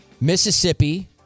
Mississippi